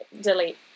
Delete